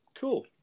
Cool